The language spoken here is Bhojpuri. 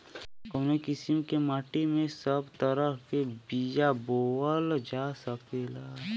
कवने किसीम के माटी में सब तरह के बिया बोवल जा सकेला?